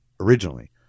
originally